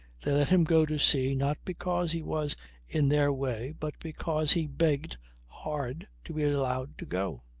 they let him go to sea not because he was in their way but because he begged hard to be allowed to go.